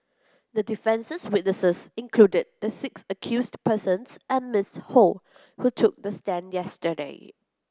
the defence's witnesses included the six accused persons and Miss Ho who took the stand yesterday